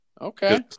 Okay